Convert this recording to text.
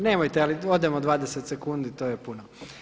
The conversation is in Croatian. Nemojte odemo 20 sekundi i to je puno.